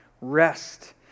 Rest